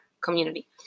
community